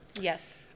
Yes